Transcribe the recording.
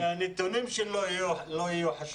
עמית,